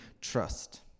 trust